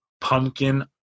pumpkin